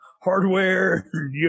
hardware